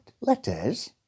Letters